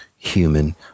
Human